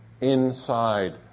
inside